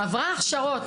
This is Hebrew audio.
עברה הכשרות,